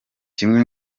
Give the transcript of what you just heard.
kimwe